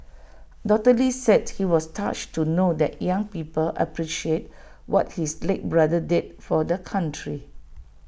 doctor lee said he was touched to know that young people appreciate what his late brother did for the country